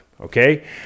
okay